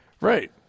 right